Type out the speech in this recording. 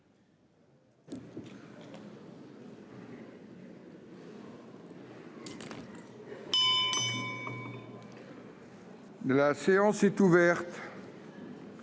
La séance est ouverte.